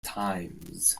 times